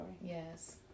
Yes